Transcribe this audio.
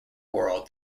world